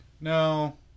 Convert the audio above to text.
No